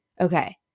Okay